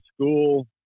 school